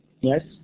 Yes